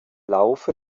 laufe